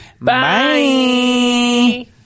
Bye